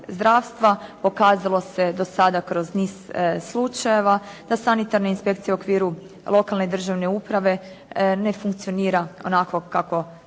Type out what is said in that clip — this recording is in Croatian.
zdravstva. Pokazalo se do sada kroz niz slučajeva da sanitarna inspekcija u okviru lokalne državne uprave ne funkcionira onako kako